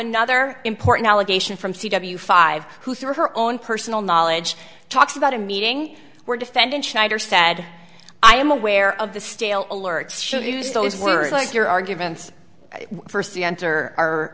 another important allegation from c w five who through her own personal knowledge talks about a meeting where defendant schneider said i am aware of the stale alerts should use those words like your arguments first enter our